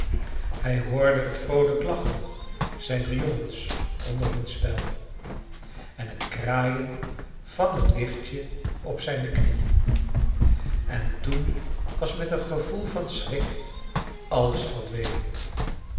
hij hoorde het vroolijk lachen zijner jongens onder hun spel en het kraaien van het wichtje op zijne knie en toen was met een gevoel van schrik alles verdwenen